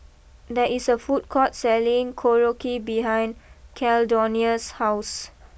there is a food court selling Korokke behind Caldonia's house